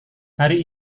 hari